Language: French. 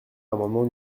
l’amendement